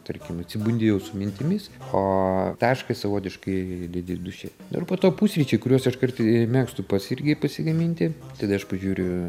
tarkim atsibundi jau su mintimis o tašką savotiškai dedi duše dar po to pusryčiai kuriuos aš kartai mėgstu pats irgi pasigaminti tada aš pažiūriu